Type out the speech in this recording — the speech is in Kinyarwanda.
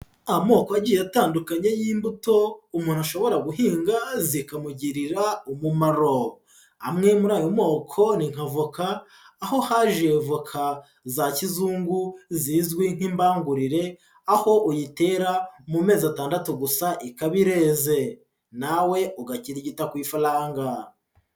Amoko agiye atandukanye y'imbuto umuntu ashobora guhinga zikamugirira umumaro, amwe muri ayo moko ni nka voka, aho haje voka za kizungu zizwi nk'imbangurire, aho uyitera mu mezi atandatu gusa ikaba ireze, nawe ugakirigita ku ifaranga.